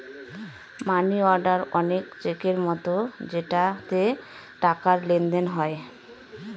মানি order অনেক চেকের মতো যেটাতে টাকার লেনদেন হয়